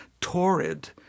torrid